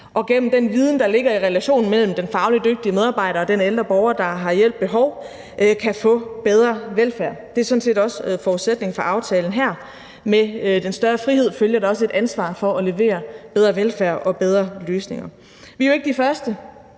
og gennem den viden, der ligger i relationen mellem den fagligt dygtige medarbejder og den ældre borger, der har hjælp behov, kan få bedre velfærd. Det er sådan set også forudsætningen for aftalen her. Med den større frihed følger der også et ansvar for at levere bedre velfærd og bedre løsninger. Vi er jo ikke den første